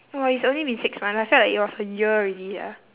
!wah! it's only been six months I felt like it was a year already sia